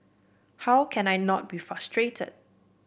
how can I not be frustrated